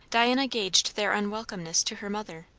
diana gauged their unwelcomeness to her mother.